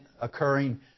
occurring